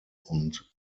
und